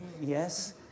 Yes